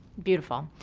beautiful.